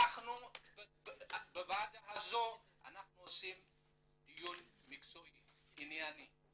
בוועדה הזאת אנחנו עושים דיון מקצועי וענייני,